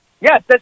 Yes